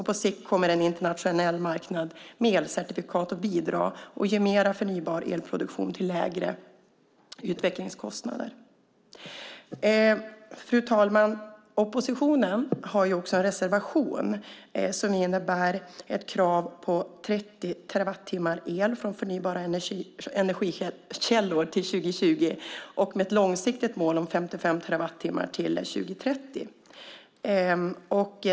På sikt kommer en internationell marknad med elcertifikat att ge mer förnybar elproduktion till lägre utvecklingskostnader. Fru talman! Oppositionen har också en reservation som innebär ett krav på 30 terawattimmar el från förnybara energikällor år 2020 och ett långsiktigt mål på 55 terawattimmar år 2030.